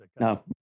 No